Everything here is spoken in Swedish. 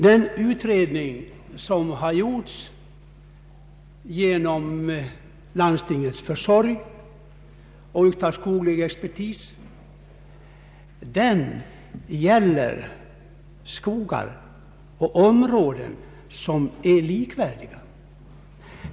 Den utredning som har gjorts genom landstingens försorg och av skoglig expertis gäller skogar i områden som är likvärdiga.